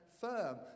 firm